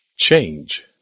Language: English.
change